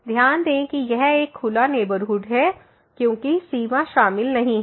ध्यान दें कि यह एक खुला नेबरहुड है क्योंकि सीमा शामिल नहीं है